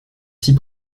six